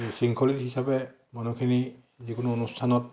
শৃংখলিত হিচাপে মানুহখিনি যিকোনো অনুষ্ঠানত